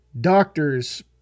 Doctors